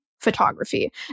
photography